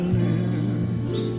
lips